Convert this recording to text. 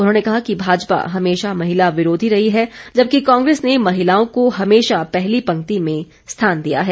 उन्होंने कहा कि भाजपा हमेशा महिला विरोधी रही है जबकि कांग्रेस ने महिलाओं को हमेशा पहली पंक्ति में स्थान दिया है